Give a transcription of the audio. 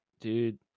Dude